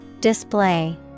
Display